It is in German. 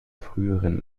früheren